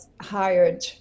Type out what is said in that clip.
hired